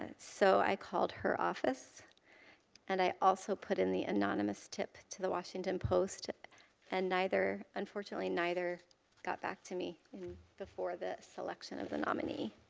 ah so, i called her office and i also put in the anonymous tip to the washington post and unfortunately, neither got back to me before the selection of the nominee.